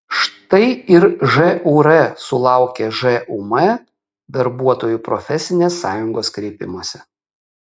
štai ir žūr sulaukė žūm darbuotojų profesinės sąjungos kreipimosi